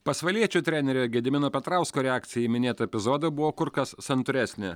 pasvaliečių trenerio gedimino petrausko reakcija į minėtą epizodą buvo kur kas santūresnė